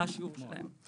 מה השיעור שלהם.